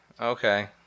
Okay